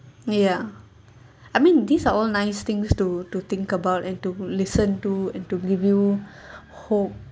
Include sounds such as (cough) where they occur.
ya I mean these are all nice things to to think about and to listen to and to give you (breath) hope